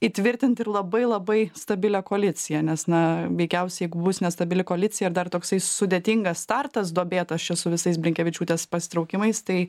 įtvirtinti ir labai labai stabilią koaliciją nes na veikiausiai jeigu bus nestabili koalicija ir dar toksai sudėtingas startas duobėtas čia su visais blinkevičiūtės pasitraukimais tai